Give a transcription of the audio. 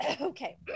okay